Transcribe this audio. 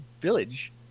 village